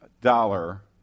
dollar